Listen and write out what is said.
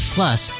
Plus